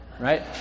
right